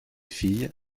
fille